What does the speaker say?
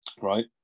right